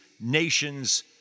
nations